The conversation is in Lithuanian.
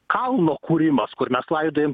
kalno kūrimas kur mes laidojam